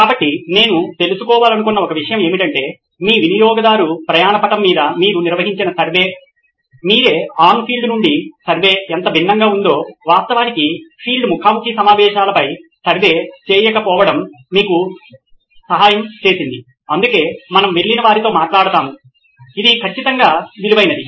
కాబట్టి నేను తెలుసుకోవాలనుకున్న ఒక విషయం ఏమిటంటే మీ వినియోగదారు ప్రయాణ పటం మీద మీరు నిర్వహించిన సర్వే మీరే ఆన్ ఫీల్డ్ నుండి సర్వే ఎంత భిన్నంగా ఉందో వాస్తవానికి ఫీల్డ్ ముఖా ముఖి సమావేశంలపై సర్వే చేయకపోవటం మీకు సహాయం చేసింది అందుకే మనము వెళ్లి వారితో మాట్లాడతాము ఇది ఖచ్చితంగా విలువైనది